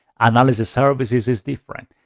analysis services is different.